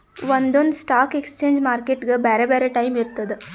ಒಂದೊಂದ್ stock exchange ಮಾರ್ಕೆಟ್ಗ್ ಬ್ಯಾರೆ ಬ್ಯಾರೆ ಟೈಮ್ ಇರ್ತದ್